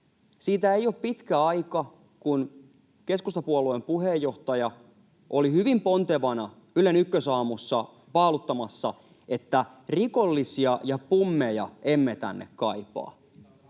Siitä ei ole pitkä aika, kun keskustapuolueen puheenjohtaja oli hyvin pontevana Ylen Ykkösaamussa paaluttamassa, että rikollisia ja pummeja emme tänne kaipaa.